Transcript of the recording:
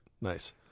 Nice